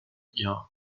ihr